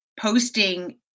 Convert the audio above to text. posting